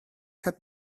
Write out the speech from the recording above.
had